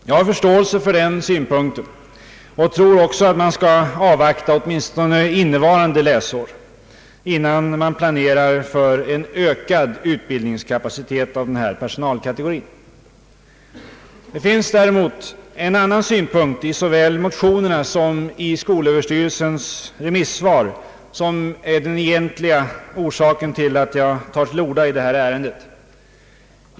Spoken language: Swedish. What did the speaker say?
Jag har förståelse för den synpunkten och tror också att man skall avvakta åtminstone innevarande läsår innan man planerar för en ökad utbildningskapacitet av den här personalkategorin. Det finns däremot en annan synpunkt i såväl motionerna som i skolöverstyrelsens remissvar som är den egentliga orsaken till att jag tar till orda i detta ärende.